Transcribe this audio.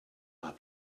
are